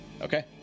Okay